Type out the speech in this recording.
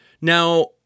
Now